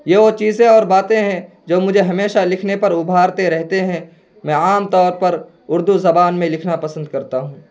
یہ وہ چیزیں اور باتیں ہیں جو مجھے ہمیشہ لکھنے پر ابھارتے رہتے ہیں میں عام طور پر اردو زبان میں لکھنا پسند کرتا ہوں